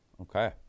Okay